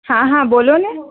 હા હા બોલો ને